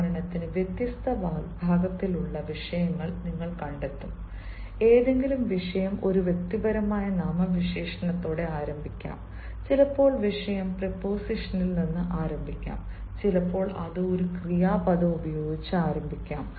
ഉദാഹരണത്തിന് വ്യത്യസ്ത വിഭാഗത്തിലുള്ള വിഷയങ്ങൾ നിങ്ങൾ കണ്ടെത്തും ഏതെങ്കിലും വിഷയം ഒരു വ്യക്തിപരമായ നാമവിശേഷണത്തോടെ ആരംഭിക്കാം ചിലപ്പോൾ വിഷയം പ്രീപോസിഷനിൽ നിന്ന് ആരംഭിക്കാം ചിലപ്പോൾ അത് ഒരു ക്രിയാപദം ഉപയോഗിച്ച് ആരംഭിക്കാം